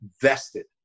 vested